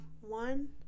One